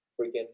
freaking